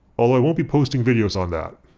although i won't be posting videos on that.